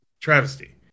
travesty